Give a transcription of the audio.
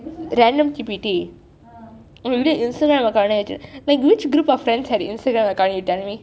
random P_P_T instagram account which group of friends had instagram account you tell me